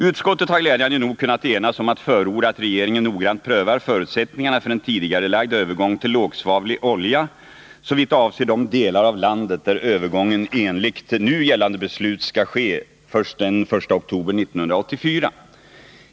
Utskottet har glädjande nog kunnat enas om att förorda att regeringen noggrant prövar förutsättningarna för en tidigarelagd övergång till lågsvavlig olja såvitt avser de delar av landet där övergången enligt nu gällande beslut skall ske först den 1 oktober 1984.